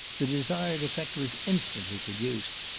the desired effect was instantly produced,